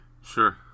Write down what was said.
Sure